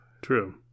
True